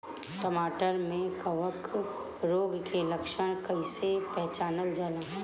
टमाटर मे कवक रोग के लक्षण कइसे पहचानल जाला?